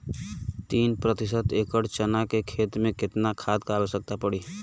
तीन प्रति एकड़ चना के खेत मे कितना खाद क आवश्यकता पड़ी?